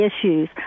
issues